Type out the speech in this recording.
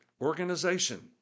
organization